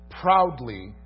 proudly